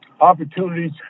opportunities